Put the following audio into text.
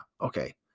okay